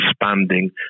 expanding